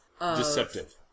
Deceptive